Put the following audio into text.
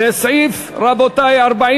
לסעיף 43(4)